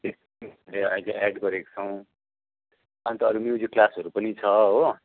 अहिले एड गरेका छौँ अन्त अरू म्युजिक क्लासहरू पनि छ हो